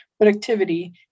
productivity